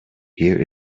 here